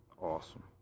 Awesome